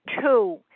two